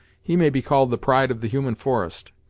he may be called the pride of the human forest.